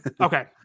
Okay